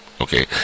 okay